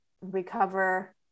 recover